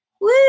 Woo